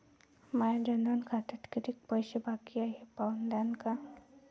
माया जनधन खात्यात कितीक पैसे बाकी हाय हे पाहून द्यान का?